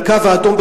"הקו האדום",